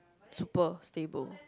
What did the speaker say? super stable